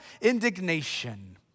indignation